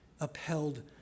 upheld